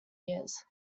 years